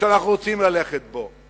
שאנחנו רוצים ללכת בו.